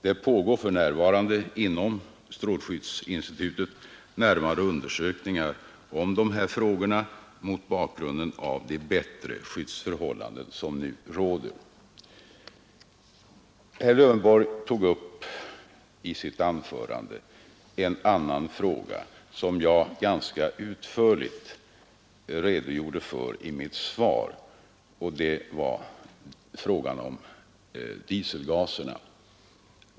Det pågår för närvarande inom strålskyddsinstitutet närmare undersökningar om de här frågorna mot bakgrunden av de bättre skyddsförhållanden som nu råder. Herr Lövenborg tog i sitt anförande upp en annan fråga som jag ganska utförligt redogjorde för i mitt svar — det var frågan om dieselgaserna.